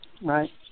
Right